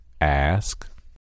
Ask